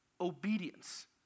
obedience